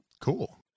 Cool